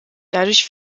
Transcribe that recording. dadurch